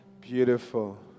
Beautiful